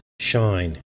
shine